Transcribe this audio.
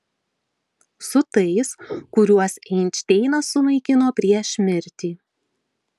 su tais kuriuos einšteinas sunaikino prieš mirtį